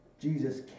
Jesus